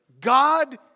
God